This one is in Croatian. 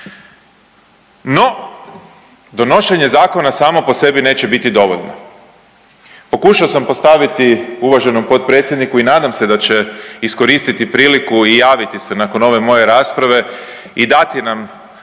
No, donošenje zakona samo po sebi neće biti dovoljno. Pokušao sam postaviti uvaženom potpredsjedniku i nadam se da će iskoristiti priliku i javiti se nakon ove moje rasprave i dati nam